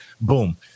Boom